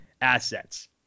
assets